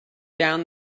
down